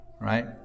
right